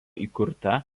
įkurta